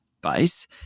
base